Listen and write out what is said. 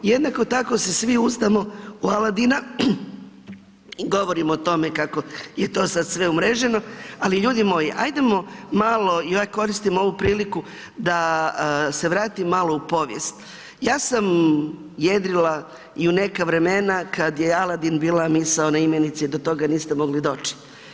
Jednako tako se svi uzdamo u Aladina i govorimo o tome kako je to sad sve umreženo, ali ljudi moji, ajdemo malo, ja koristim ovu priliku da se vratim malo u povijest, ja sam jedrila i u neka vremena kad je Aladin bila misaona imenici do toga niste mogli doći.